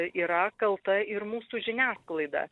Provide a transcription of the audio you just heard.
yra kalta ir mūsų žiniasklaida